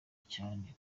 cyane